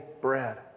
bread